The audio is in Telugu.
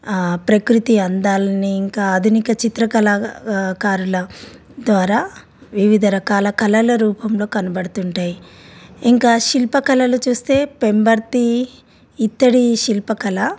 ప్రకృతి అందాలని ఇంకా ఆధునిక చిత్రకళ కారుల ద్వారా వివిధ రకాల కళల రూపంలో కనబడుతుంటాయి ఇంకా శిల్పకళలు చూస్తే పెంబర్తి ఇత్తడి శిల్పకళ